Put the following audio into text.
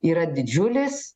yra didžiulis